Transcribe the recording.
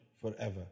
forever